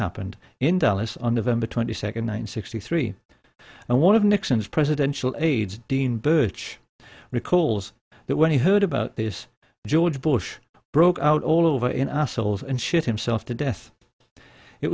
happened in dallas under him the twenty second one sixty three and one of nixon's presidential aides dean birch recalls that when he heard about this george bush broke out all over in our souls and shit himself to death it